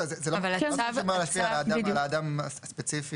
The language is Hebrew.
זה לא משפיע על האדם הספציפי,